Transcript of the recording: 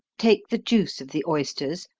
take the juice of the oysters,